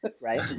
right